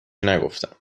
نگفتم